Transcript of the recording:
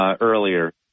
earlier